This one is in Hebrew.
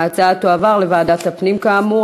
ההצעה תועבר לוועדת הפנים כאמור.